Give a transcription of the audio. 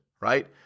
right